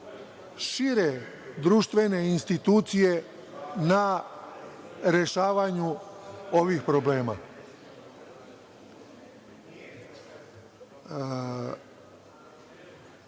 šire društvene institucije na rešavanju ovih problema. Prvi